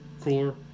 cooler